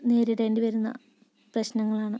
നേരിടേണ്ടി വരുന്ന പ്രശ്നങ്ങളാണ്